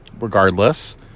Regardless